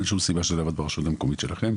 אין שום סיבה שזה לא יעבוד ברשות המקומית שלכם.